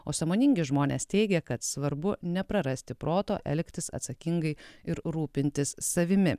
o sąmoningi žmonės teigia kad svarbu neprarasti proto elgtis atsakingai ir rūpintis savimi